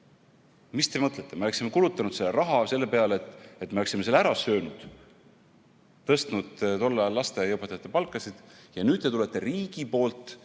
Mis te mõtlete?! Me oleksime kulutanud selle raha selle peale, et me oleksime selle ära söönud, tõstnud lasteaiaõpetajate palka, ja nüüd te tulete riigi poolt